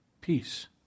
peace